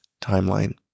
timeline